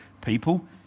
people